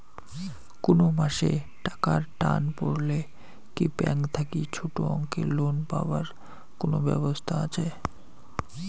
কুনো মাসে টাকার টান পড়লে কি ব্যাংক থাকি ছোটো অঙ্কের লোন পাবার কুনো ব্যাবস্থা আছে?